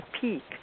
peak